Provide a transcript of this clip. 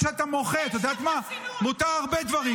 גם כשאתה מוחה, מותר הרבה דברים.